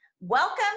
Welcome